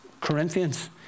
Corinthians